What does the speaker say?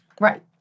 Right